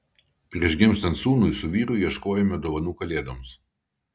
prieš gimstant sūnui su vyru ieškojome dovanų kalėdoms